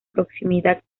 proximidad